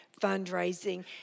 fundraising